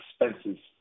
expenses